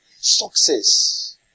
success